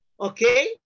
Okay